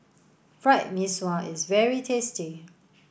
Fried Mee Sua is very tasty